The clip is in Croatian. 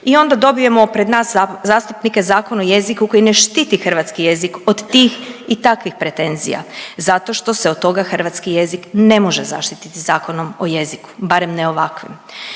i onda dobijemo pred nas zastupnike zakon o jeziku koji ne štiti hrvatskih jezik od tih i takvih pretenzija zato što se od toga hrvatski jezik ne može zaštititi zakonom o jeziku barem ne ovakvim.